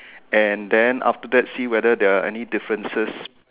and then after that see whether the any differences